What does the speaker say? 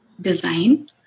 design